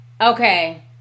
Okay